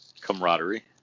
Camaraderie